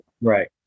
right